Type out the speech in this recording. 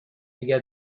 اگر